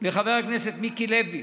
לחבר הכנסת מיקי לוי,